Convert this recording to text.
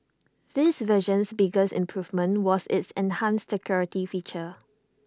this version's biggest improvement was its enhanced security feature